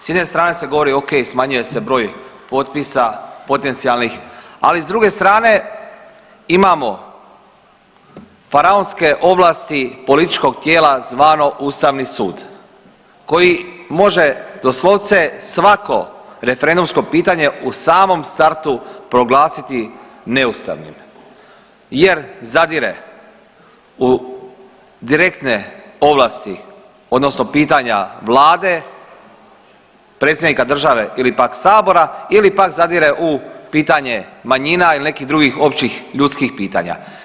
S jedne strane se govori ok smanjuje se broj potpisa potencijalnih, ali s druge strane imamo faraonske ovlasti političkog tijela zvano Ustavni sud koji može doslovce svako referendumsko pitanje u samom startu proglasiti neustavnim jer zadire u direktne ovlasti odnosno pitanja vlade, predsjednika države ili pak sabora ili pak zadire u pitanje manjina ili nekih drugih općih ljudskih pitanja.